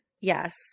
yes